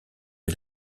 est